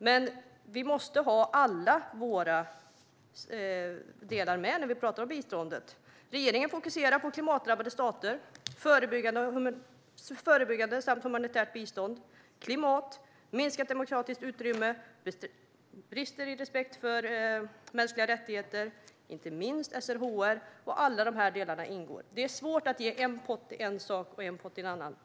Men vi måste ha alla våra delar med när vi talar om biståndet. Regeringen fokuserar på klimatdrabbade stater, förebyggande samt humanitärt bistånd, klimat, minskat demokratiskt utrymme, brister i respekt för mänskliga rättigheter, inte minst SRHR. Alla dessa delar ingår. Det är svårt att ha en pott till en sak och en pott till en annan.